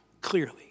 clearly